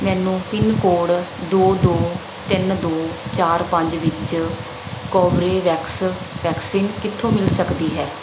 ਮੈਨੂੰ pin code ਦੋ ਦੋ ਤਿੰਨ ਦੋ ਚਾਰ ਪੰਜ ਵਿੱਚ ਕੋਬਰੇਵੈਕਸ ਵੈਕਸੀਨ ਕਿੱਥੋਂ ਮਿਲ ਸਕਦੀ ਹੈ